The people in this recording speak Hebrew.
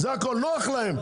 נוח להן,